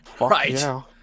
Right